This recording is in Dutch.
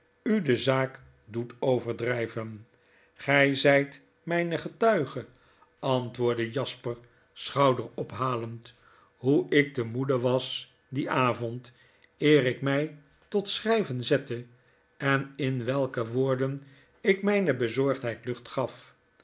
u de zaak doet overdrijven gij zijt mijn getuige antwoordde jasper schouderophalend hoe ik te moede was dien avond eer ik mij tot schrijven zette en in welke woorden ik mijne bezorgdheid lucht gaf